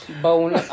Bone